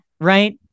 right